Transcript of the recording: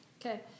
Okay